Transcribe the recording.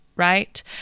Right